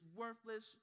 worthless